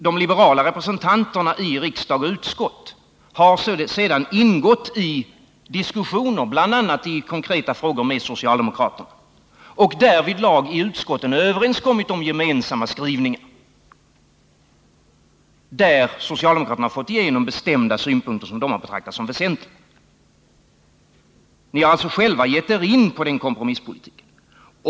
De liberala representanterna i riksdag och utskott har sedan ingått i diskussioner, bl.a. i konkreta frågor med socialdemokraterna, och i utskotten överenskommit om gemensamma skrivningar, där socialdemokraterna har fått igenom bestämda synpunkter som de har betraktat som väsentliga. Ni har alltså själva gett er in på den kompromisspolitiken.